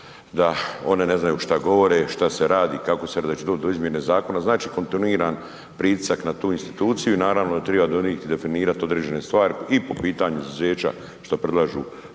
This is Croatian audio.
da one ne znaju šta govore, šta se radi, .../Govornik se ne razumije./..., da će doći do izmjene zakona, znači kontinuiran pritisak na tu instituciju. I naravno da treba donijeti, definirati određene stvari i po pitanju izuzeća što predlažu